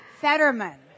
Fetterman